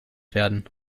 werden